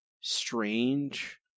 strange